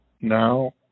now